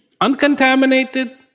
uncontaminated